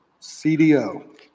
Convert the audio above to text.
CDO